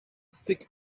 thick